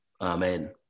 Amen